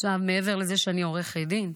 מעבר לזה שאני עורכת דין,